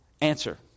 answer